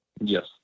yes